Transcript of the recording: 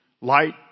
light